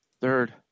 Third